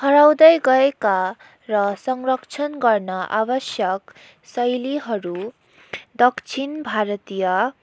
हराउँदै गएका र संरक्षण गर्न आवश्यक शैलीहरू दक्षिण भारतीय